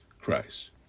Christ